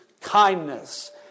kindness